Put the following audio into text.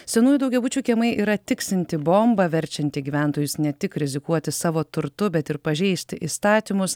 senųjų daugiabučių kiemai yra tiksinti bomba verčianti gyventojus ne tik rizikuoti savo turtu bet ir pažeisti įstatymus